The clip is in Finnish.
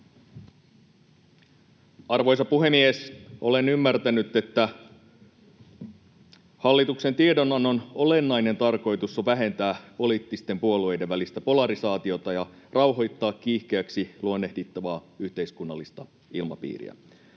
Arvoisa puhemies! Olen ymmärtänyt, että hallituksen tiedonannon olennainen tarkoitus on vähentää poliittisten puolueiden välistä polarisaatiota ja rauhoittaa kiihkeäksi luonnehdittavaa yhteiskunnallista ilmapiiriä.